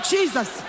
Jesus